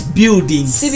buildings